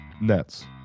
Nets